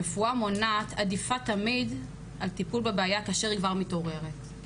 רפואה מונעת עדיפה תמיד על טיפול בבעיה כאשר היא כבר מתעוררת.